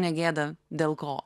ne gėda dėl ko